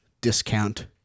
discount